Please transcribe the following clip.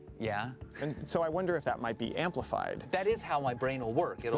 yeah. and so i wonder if that might be amplified. that is how my brain will work. you know